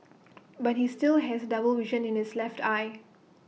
but he still has double vision in his left eye